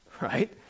right